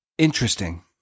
interesting